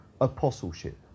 apostleship